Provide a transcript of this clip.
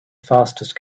fastest